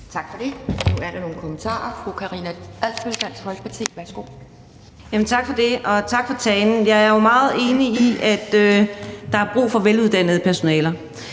Tak for det. Nu er der nogle kommentarer. Fru Karina Adsbøl, Dansk Folkeparti. Værsgo. Kl. 12:13 Karina Adsbøl (DF): Tak for det, og tak for talen. Jeg er jo meget enig i, at der er brug for veluddannede personaler.